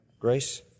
grace